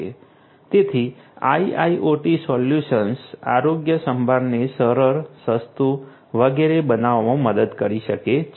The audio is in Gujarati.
તેથી IIoT સોલ્યુશન્સ આરોગ્યસંભાળને સરળ સસ્તું વગેરે બનાવવામાં મદદ કરી શકે છે